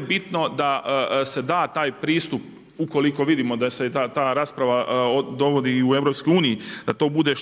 bitno da se da taj pristup ukoliko vidimo da se ta rasprava dovodi i u EU da to bude